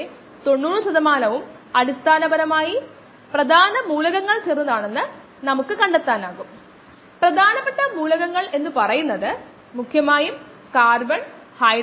നാം തീർച്ചയായും ആണവ പ്രതിപ്രവർത്തനങ്ങൾ പരിഗണിക്കുകയോ പ്രകാശവേഗത്തിൽ സഞ്ചരിക്കുകയോ ചെയ്യുന്നില്ല അത്തരം സാഹചര്യങ്ങളിൽ ഒരു ജീവിവർഗത്തിന്റെ സംരക്ഷണം സംരക്ഷിക്കപ്പെടുന്നു